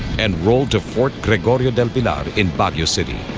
and rolled to fort gregorio del pilar in baguio city